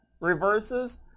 reverses